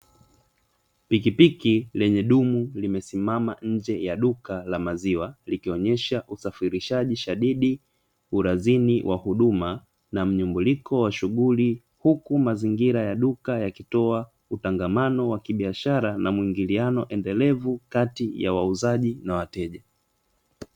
Pikipiki lenye dumu limesimama nje ya duka la maziwa likionyesha usafirishaji shadidi urazini wa huduma na mnyumbuliko wa shughuli, huku mazingira ya duka yakitoa kutangamano wa kibiashara na mwingiliano endelevu kati ya wauzaji na wateja.